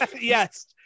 yes